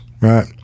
right